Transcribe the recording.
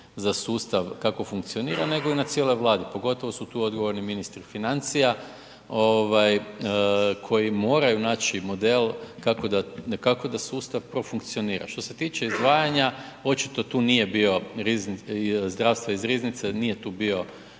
za sustav kako funkcionira, nego i na cijeloj Vladi, pogotovo su tu odgovorni ministri financija koji moraju naći model kako da, kako da sustav profunkcionira. Što se tiče izdvajanja, očito tu nije bio zdravstvo iz riznice, nije tu bio